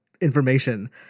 information